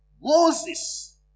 Moses